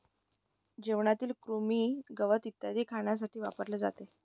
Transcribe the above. जेवणातील कृमी, गवत इत्यादी खाण्यासाठी वापरले जाते